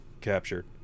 captured